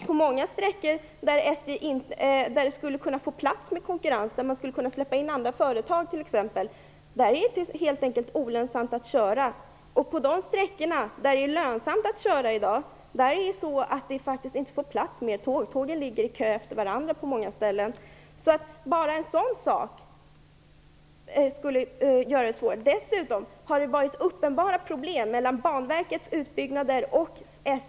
På många sträckor, där konkurrens skulle vara möjlig och andra företag kunna släppas in, är det helt enkelt olönsamt att köra. På de sträckor där det i dag är lönsamt att köra får det inte plats flera tåg, utan tågen ligger i kö efter varandra. Bara en sådan sak skulle göra det svårt. Dessutom har det varit uppenbara problem mellan Banverket och SJ.